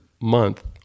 month